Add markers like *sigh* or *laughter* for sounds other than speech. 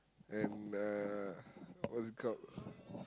and uh what is it called *noise*